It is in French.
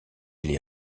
les